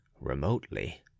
remotely